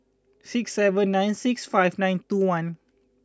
six seven nine six five nine two one